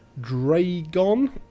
dragon